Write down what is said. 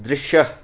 दृश्य